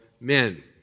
men